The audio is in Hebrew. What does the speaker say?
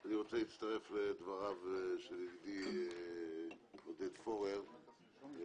אני רוצה להצטרף לדבריו של ידידי עודד פורר על